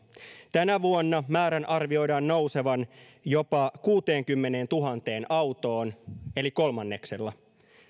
tänä vuonna määrän arvioidaan nousevan jopa kuuteenkymmeneentuhanteen autoon eli kolmanneksella